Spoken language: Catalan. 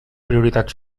prioritat